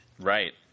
Right